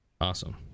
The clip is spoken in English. Awesome